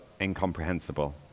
incomprehensible